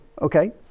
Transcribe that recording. Okay